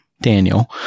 Daniel